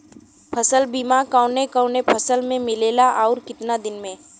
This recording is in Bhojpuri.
फ़सल बीमा कवने कवने फसल में मिलेला अउर कितना दिन में?